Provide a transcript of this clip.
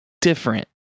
different